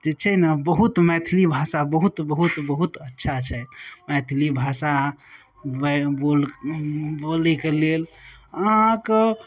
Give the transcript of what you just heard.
जे छै ने बहुत मैथिली भाषा बहुत बहुत बहुत अच्छा छै मैथिली भाषा बोल बोलय कऽ लेल अहाँके